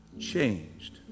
changed